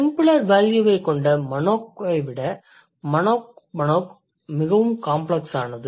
simpler வேல்யூவைக் கொண்ட Manokஐ விட Manok manok மிகவும் காம்ப்ளக்ஸானது